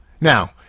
Now